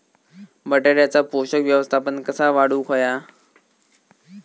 बटाट्याचा पोषक व्यवस्थापन कसा वाढवुक होया?